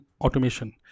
automation